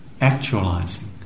actualizing